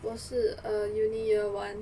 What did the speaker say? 我是 err uni year one